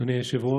אדוני היושב-ראש,